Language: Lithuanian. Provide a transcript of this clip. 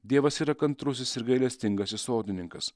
dievas yra kantrusis ir gailestingasis sodininkas